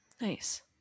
Nice